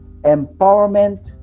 empowerment